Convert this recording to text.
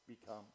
become